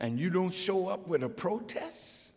and you don't show up when a protests